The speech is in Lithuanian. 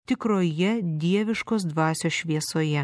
tikroje dieviškos dvasios šviesoje